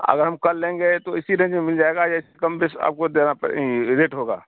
اگر ہم کل لیں گے تو اسی رینج میں مل جائے گا یا اس سے کم بیش آپ کو دینا پڑے ریٹ ہوگا